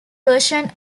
version